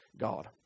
God